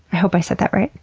i hope i said that right.